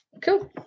Cool